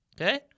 Okay